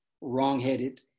wrongheaded